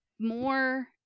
more